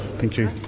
thank you.